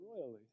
royally